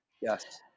Yes